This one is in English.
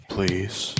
Please